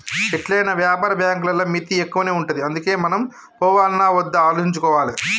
ఎట్లైనా వ్యాపార బాంకులల్ల మిత్తి ఎక్కువనే ఉంటది గందుకే మనమే పోవాల్నా ఒద్దా ఆలోచించుకోవాలె